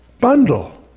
bundle